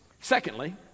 Secondly